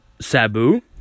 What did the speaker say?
Sabu